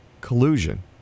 Collusion